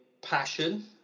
passion